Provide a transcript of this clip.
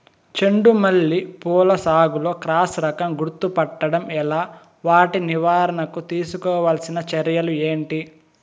చెండు మల్లి పూల సాగులో క్రాస్ రకం గుర్తుపట్టడం ఎలా? వాటి నివారణకు తీసుకోవాల్సిన చర్యలు ఏంటి?